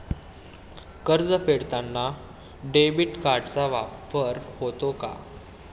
कर्ज फेडताना डेबिट कार्डचा वापर होतो का?